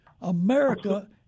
America